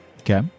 Okay